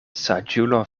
saĝulo